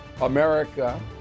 America